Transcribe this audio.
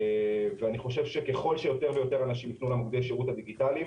אני חושב שככל שיותר ויותר אנשים יפנו למוקדי השירות הדיגיטליים